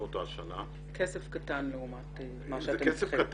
כסף קטן לעומת מה שאתם צריכים.